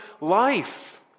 life